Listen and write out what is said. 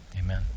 Amen